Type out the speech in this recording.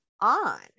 on